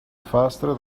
faster